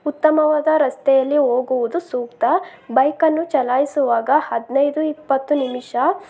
ಉತ್ತಮವಾದ ರಸ್ತೆಯಲ್ಲಿ ಹೋಗುವುದು ಸೂಕ್ತ ಬೈಕನ್ನು ಚಲಾಯಿಸುವಾಗ ಹದಿನೈದು ಇಪ್ಪತ್ತು ನಿಮಿಷ